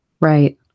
Right